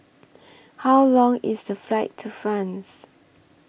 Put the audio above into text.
How Long IS The Flight to France